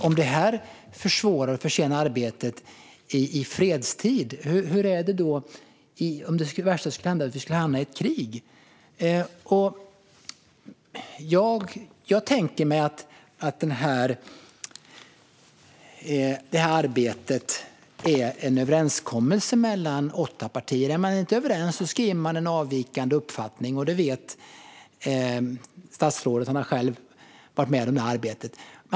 Om det försvårar och försenar arbetet i fredstid, hur blir det då om det värsta skulle hända och vi skulle hamna i krig? Jag tänker mig att det här arbetet är en överenskommelse mellan åtta partier. Är man inte överens skriver man en avvikande uppfattning, och det vet statsrådet. Han har själv varit med i arbetet.